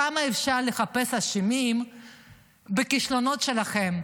כמה אפשר לחפש אשמים בכישלונות שלכם?